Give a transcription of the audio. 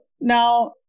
Now